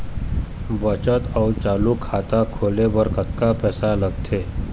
बचत अऊ चालू खाता खोले बर कतका पैसा लगथे?